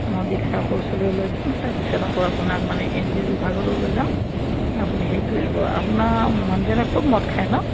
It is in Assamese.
মই বিধায়কৰ ওচৰলৈও লৈ যাম তাৰ পিছত আকৌ আপোনাক মানে এন জি অ' বিভাগলৈও লৈ যাম আপুনি হেৰি কৰিব আপোনাৰ মানুহজনে খুব মদ খায় ন